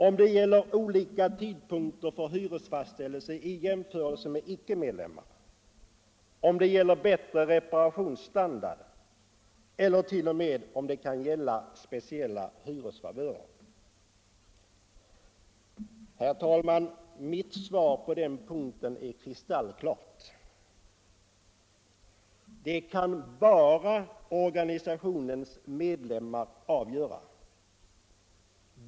Andra tidpunkter för hyresfastställelse i jämförelse med icke-medlemmar, bättre reparationsstandard eller t.o.m. speciella hyresfavörer? Mitt svar på den punkten är kristallklart. Detta kan bara organisationens medlemmar avgöra.